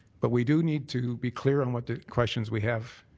but we do need to be clear on what the questions we have